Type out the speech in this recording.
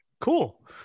Cool